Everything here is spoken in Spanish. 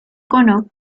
cono